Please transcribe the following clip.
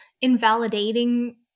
invalidating